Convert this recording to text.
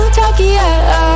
tokyo